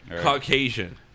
Caucasian